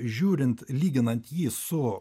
žiūrint lyginant jį su